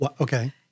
Okay